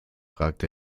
fragt